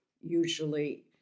usually